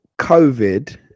COVID